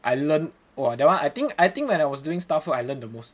I learn !wah! that one I think I think when I was doing staff work I learned the most